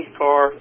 car